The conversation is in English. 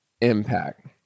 impact